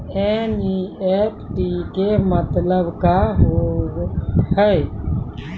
NEFT के मतलब का होव हेय?